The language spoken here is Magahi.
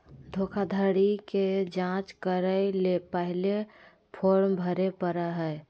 धोखाधड़ी के जांच करय ले पहले फॉर्म भरे परय हइ